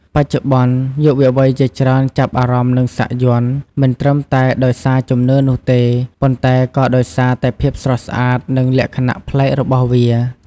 បច្ចុប្បន្ន យុវវ័យជាច្រើនចាប់អារម្មណ៍នឹងសាក់យ័ន្ត មិនត្រឹមតែដោយសារជំនឿនោះទេ ប៉ុន្តែក៏ដោយសារតែភាពស្រស់ស្អាត និងលក្ខណៈប្លែករបស់វា។